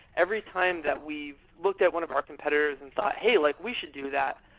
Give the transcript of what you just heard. every time that we've looked at one of our competitors and thought, hey, like we should do that.